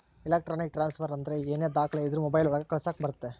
electronic transfer ಅಂದ್ರ ಏನೇ ದಾಖಲೆ ಇದ್ರೂ ಮೊಬೈಲ್ ಒಳಗ ಕಳಿಸಕ್ ಬರುತ್ತೆ